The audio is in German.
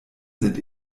sind